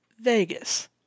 Vegas